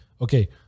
okay